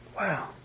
Wow